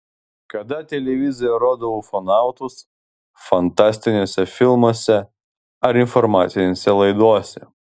kada televizija rodo ufonautus fantastiniuose filmuose ar informacinėse laidose